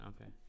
Okay